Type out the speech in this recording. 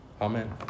Amen